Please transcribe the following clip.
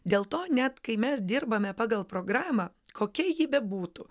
dėl to net kai mes dirbame pagal programą kokia ji bebūtų